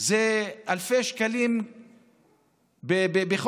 זה אלפי שקלים בחודש.